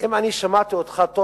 אם אני שמעתי אותך טוב,